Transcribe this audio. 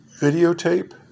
videotape